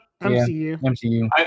MCU